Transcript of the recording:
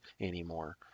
anymore